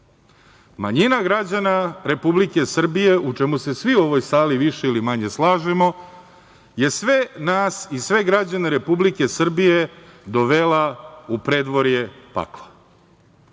Manjina građana Republike Srbije, u čemu se svi u ovoj sali više ili manje slažemo, je sve nas i sve građane Republike Srbije dovela u predvorje pakla.